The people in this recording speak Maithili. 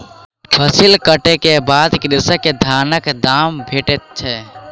फसिल कटै के बाद कृषक के धानक दाम भेटैत छै